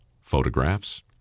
photographs